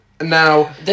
Now